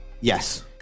Yes